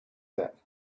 that